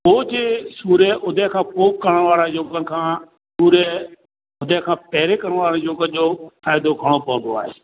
रोज़ु सूर्य उदय खां पोइ करण वारा योग खां सूर्य उदय खां पहिरें करण वारा योग जो फ़ाइदो खणणो पवंदो आहे